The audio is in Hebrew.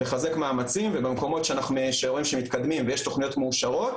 לחזק מאמצים ובמקומות שאנחנו רואים שמתקדמים ויש תוכניות מאושרות